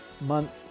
month